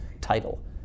title